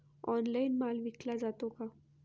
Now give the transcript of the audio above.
Online माल विकला जातो का?